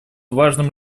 важным